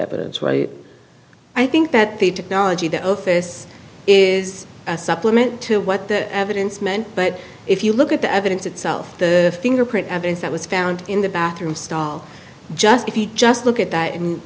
evidence why i think that the technology the office is a supplement to what the evidence meant but if you look at the evidence itself the fingerprint evidence that was found in the bathroom stall just if you just look at that and